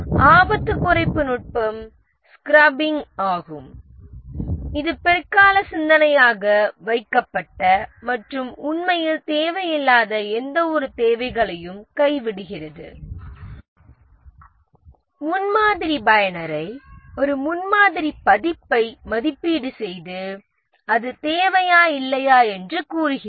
ஆபத்து குறைப்பு நுட்பம் ஸ்க்ரப்பிங் ஆகும் இது பிற்கால சிந்தனையாக வைக்கப்பட்ட மற்றும் உண்மையில் தேவையில்லாத எந்தவொரு தேவைகளையும் கைவிடுகிறது முன்மாதிரி பயனரை ஒரு முன்மாதிரி பதிப்பை மதிப்பீடு செய்து அது தேவையா இல்லையா என்று கூறுகிறது